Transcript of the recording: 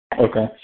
Okay